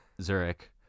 Zurich